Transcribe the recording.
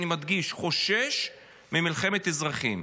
אני מדגיש: חושש ממלחמת אזרחים.